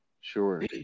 Sure